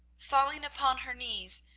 falling upon her knees,